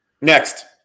Next